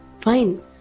Fine